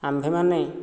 ଆମ୍ଭେମାନେ